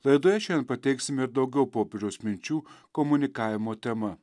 laidoje šiandien pateiksime ir daugiau popiežiaus minčių komunikavimo tema